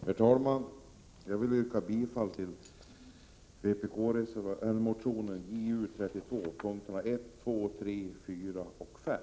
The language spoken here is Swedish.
Herr talman! Jag vill yrka bifall till vpk-motionen Ju32 punkterna 1,2,3,4 och 5.